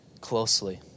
closely